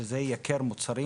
שזה ייקר מוצרים,